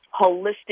holistic